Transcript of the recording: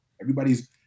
Everybody's